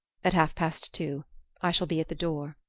at half-past two. i shall be at the door.